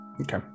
Okay